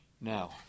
Now